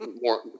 more